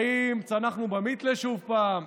האם צנחנו במתלה שוב פעם,